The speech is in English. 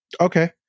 Okay